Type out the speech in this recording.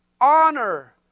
honor